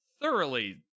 thoroughly